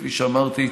כפי שאמרתי,